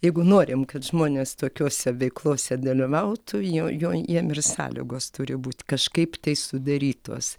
jeigu norim kad žmonės tokiose veiklose dalyvautų jo jo jiem ir sąlygos turi būt kažkaip tai sudarytos